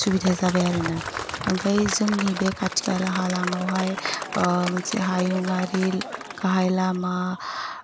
सुबिदा जाबाय आरोना ओमफ्राय जोंनि बे खाथि खाला हालामावहाय मोनसे हायुङारि गाहाय लामा